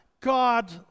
God